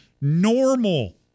normal